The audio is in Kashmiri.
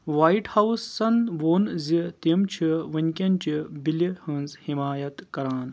وایٹ ہاؤسَن ووٚن زِ تِم چھِ وٕنکٮ۪نچہِ بِلہِ ہٕنٛز حِمایت کران